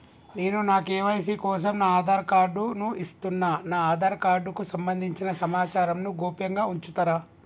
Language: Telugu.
నేను నా కే.వై.సీ కోసం నా ఆధార్ కార్డు ను ఇస్తున్నా నా ఆధార్ కార్డుకు సంబంధించిన సమాచారంను గోప్యంగా ఉంచుతరా?